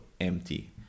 empty